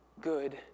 good